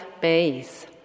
base